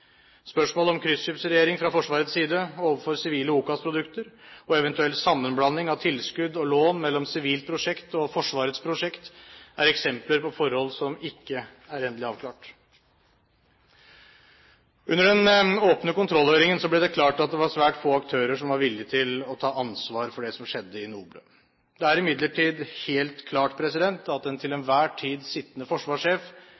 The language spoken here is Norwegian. Spørsmålet om kryssubsidiering fra Forsvarets side overfor sivile OCAS-produkter og eventuell sammenblanding av tilskudd og lån mellom sivilt prosjekt og Forsvarets prosjekt er eksempler på forhold som ikke er endelig avklart. Under den åpne kontrollhøringen ble det klart at det var svært få aktører som var villig til å ta ansvar for det som skjedde i NOBLE. Det er imidlertid helt klart at den til